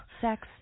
sex